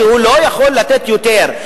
שלא יכול לתת יותר,